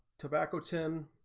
tobacco ten